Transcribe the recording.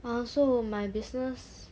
I also my business